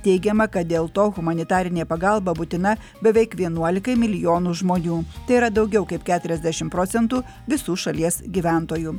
teigiama kad dėl to humanitarinė pagalba būtina beveik vienuolikai milijonų žmonių tai yra daugiau kaip keturiasdešimt procentų visų šalies gyventojų